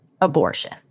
abortion